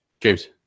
James